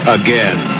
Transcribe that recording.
again